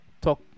talk